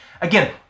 Again